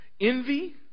Envy